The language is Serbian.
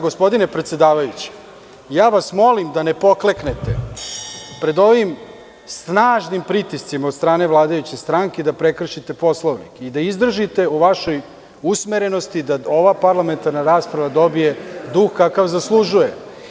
Gospodine predsedavajući, ja vas molim da ne pokleknete pred ovim snažnim pritiscima od strane vladajuće stranke da prekršite Poslovnik i da izdržite u vašoj usmerenosti da ova parlamentarna rasprava dobije duh kakav zaslužuje.